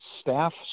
staff